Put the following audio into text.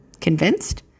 Convinced